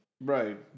Right